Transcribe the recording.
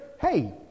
hey